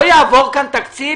לא יעבור כאן תקציב,